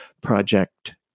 Project